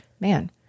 man